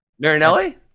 Marinelli